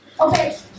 Okay